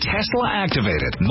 Tesla-activated